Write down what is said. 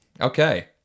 okay